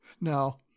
No